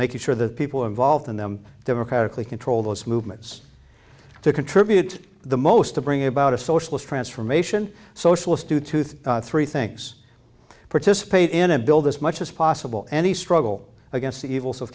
making sure the people involved in them democratically control those movements to contribute the most to bring about a socialist transformation socialist do two things three things participate in a build as much as possible any struggle against the evils of